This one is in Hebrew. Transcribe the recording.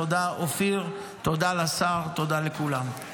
תודה אופיר, תודה לשר, תודה לכולם.